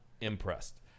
impressed